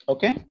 Okay